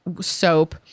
soap